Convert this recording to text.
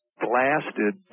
blasted